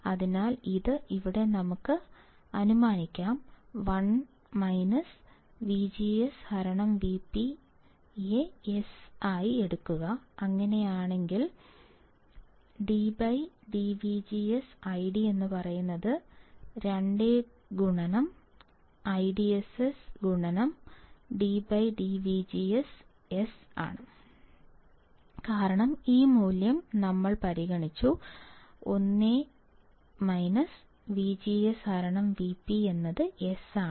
അതിനാൽ അത് ഇവിടെ നമുക്ക് അനുമാനിക്കാം 1 VGS VpS അങ്ങനെയാണെങ്കിൽ dIDdVGS 2IDSS dS dVGS കാരണം ഈ മൂല്യം ഞങ്ങൾ പരിഗണിച്ചു 1 VGS Vp S